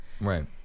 Right